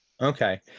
Okay